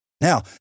Now